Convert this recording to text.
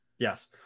Yes